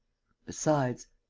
besides.